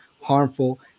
harmful